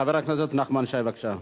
חבר הכנסת נחמן שי, בבקשה.